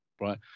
right